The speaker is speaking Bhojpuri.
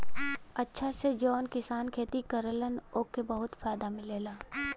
अचछा से जौन किसान खेती करलन ओके बहुते फायदा मिलला